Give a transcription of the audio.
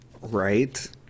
right